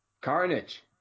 carnage